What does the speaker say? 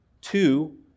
Two